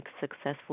successful